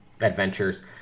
adventures